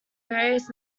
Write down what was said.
various